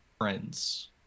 friends